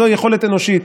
זו יכולת אנושית.